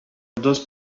those